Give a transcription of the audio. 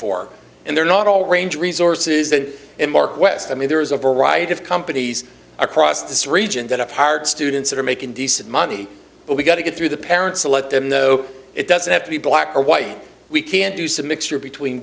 for and they're not all range resources and in mark west i mean there is a variety of companies across this region that have hired students that are making decent money but we've got to get through the parents to let them know it doesn't have to be black or white we can do some mixture between